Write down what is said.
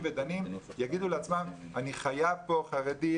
ודנים יגידו לעצמם אני חייב פה חרדי,